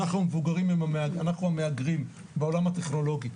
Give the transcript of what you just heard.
אנחנו המבוגרים המהגרים בעולם הטכנולוגי.